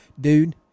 dude